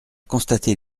constaté